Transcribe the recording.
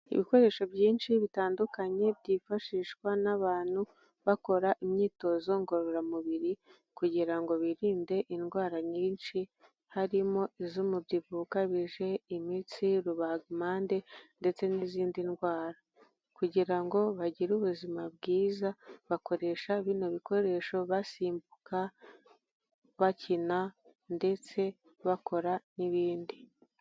Ibikoresho byinshi bitandukanye, byifashishwa n'abantu bakora imyitozo ngororamubiri kugira ngo birinde indwara nyinshi, harimo iz'umubyibuho ukabije, imitsi, rubagimpande ndetse n'izindi ndwara, kugira ngo bagire ubuzima bwiza bakoresha bino bikoresho basimbuka, bakina ndetse bakora n'ibindi.